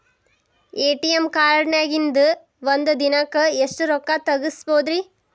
ATM ಕಾರ್ಡ್ನ್ಯಾಗಿನ್ದ್ ಒಂದ್ ದಿನಕ್ಕ್ ಎಷ್ಟ ರೊಕ್ಕಾ ತೆಗಸ್ಬೋದ್ರಿ?